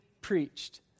preached